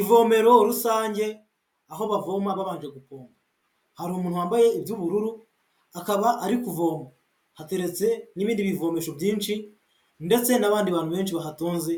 Ivomero rusange, aho bavoma babanje gupompa, hari umuntu wambaye iby'ubururu akaba ari kuvoma, hateretse n'ibindi bivomesho byinshi ndetse n'abandi bantu benshi bahatonze